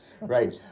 right